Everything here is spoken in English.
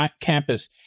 campus